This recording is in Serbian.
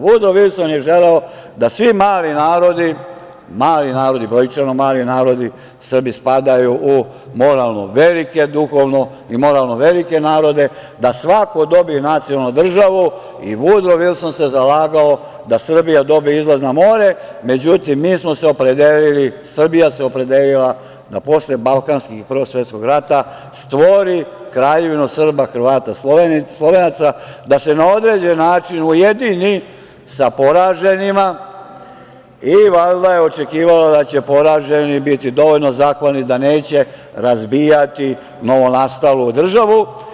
Vudro Vilson je želeo da svi mali narodi, brojčano mali narodi, Srbi spadaju u duhovno i moralno velike narode, da svako dobije nacionalnu državu i Vudro Vilson se zalagao da Srbija dobije izlaz na more, međutim, mi smo se opredelili, Srbija se opredelila da posle Balkanskih ratova i Prvog svetskog rata stvori Kraljevinu Srba, Hrvata i Slovenaca, da se na određeni način ujedini sa poraženima i valjda je očekivala da će poraženi biti dovoljno zahvalni, da neće razbijati novonastalu državu.